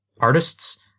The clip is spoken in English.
artists